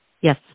Yes